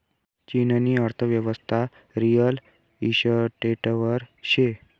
चीननी अर्थयेवस्था रिअल इशटेटवर शे